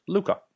Luca